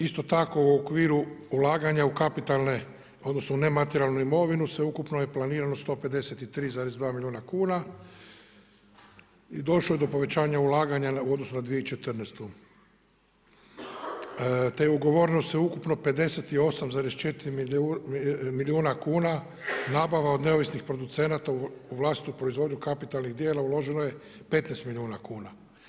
Isto tako u okviru ulaganja u kapitalne odnosno u nematerijalnu imovinu sveukupno je planirano 153,2 milijuna kuna i došlo je do povećanja ulaganja u odnosu na 2014. te je ugovoreno sveukupno 58,4 milijuna kuna nabava od neovisnih producenata u vlastitu proizvodnju kapitalnih djela uloženo je 15 milijuna kuna.